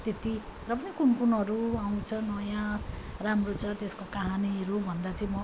त्यति र पनि कुन कुनहरू आउँछ नयाँ राम्रो छ त्यसको कहानीहरू भन्दा चैँ म